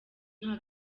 nta